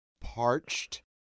parched